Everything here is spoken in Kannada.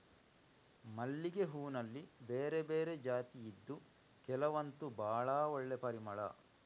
ಮಲ್ಲಿಗೆ ಹೂನಲ್ಲಿ ಬೇರೆ ಬೇರೆ ಜಾತಿ ಇದ್ದು ಕೆಲವಂತೂ ಭಾಳ ಒಳ್ಳೆ ಪರಿಮಳ